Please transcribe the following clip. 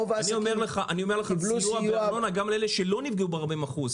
צריך סיוע בארנונה גם לאלה שלא נפגעו ב-40%.